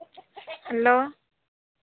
hello